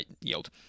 yield